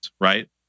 right